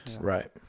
Right